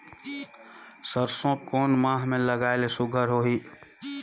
सरसो कोन माह मे लगाय ले सुघ्घर होही?